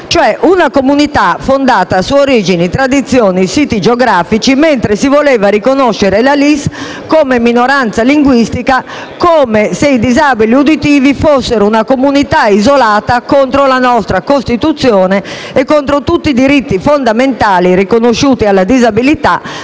cioè una comunità fondata su origini, tradizioni, siti geografici , mentre si voleva riconoscere la LIS come minoranza linguistica, come se i disabili uditivi fossero una comunità isolata, contro la nostra Costituzione e contro tutti i diritti fondamentali riconosciuti alla disabilità